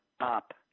up